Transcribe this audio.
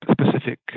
specific